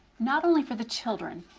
not only for the children,